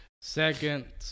second